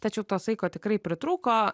tačiau to saiko tikrai pritrūko